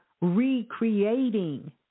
recreating